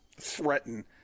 threaten